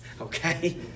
Okay